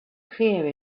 clear